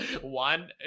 One